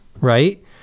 right